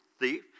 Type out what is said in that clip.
thief